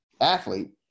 athlete